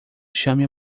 chame